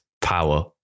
power